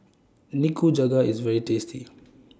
Nikujaga IS very tasty